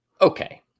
Okay